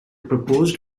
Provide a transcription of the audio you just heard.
proposed